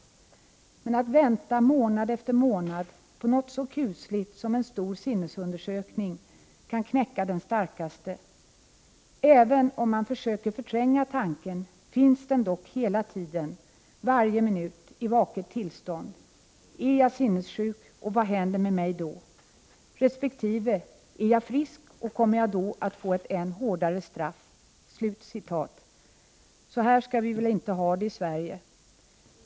Men att vänta månad efter månad på något så kusligt som en stor sinnesundersökning kan knäcka den starkaste. Även om man försöker förtränga tanken finns den dock hela tiden, varje minut i vaket tillstånd: Är jag sinnessjuk och vad händer med mig då? Resp. är jag frisk och kommer jag då att få ett än hårdare straff?” Så här skall vi väl inte ha det i Sverige.